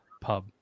pub